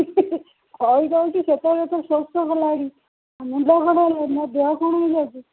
କହି ଦେଉଛି ସେତେବେଳକୁ ଶୋଷ ହେଲାଣି ମୁଣ୍ଡ କ'ଣ ହେଲାଣି ମୋ ଦେହ କ'ଣ ହୋଇଯାଉଛି